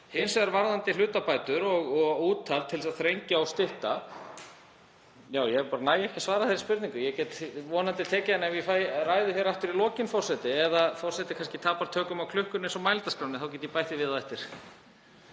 Hins vegar varðandi hlutabætur og úthald til að þrengja og stytta. Ég næ ekki að svara þeirri spurningu en get vonandi tekið hana ef ég fæ ræðu hér aftur í lokin, forseti, eða ef forseti kannski tapar tökum á klukkunni eins og á mælendaskránni, þá get ég bætti við á eftir.